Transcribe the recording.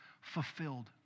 fulfilled